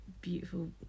beautiful